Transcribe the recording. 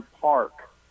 Park